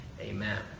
Amen